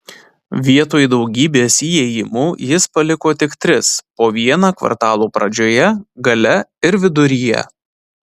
vietoj daugybės įėjimų jis paliko tik tris po vieną kvartalo pradžioje gale ir viduryje